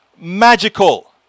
Magical